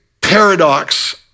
paradox